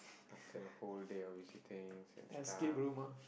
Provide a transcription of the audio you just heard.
after the whole day of visitings and stuff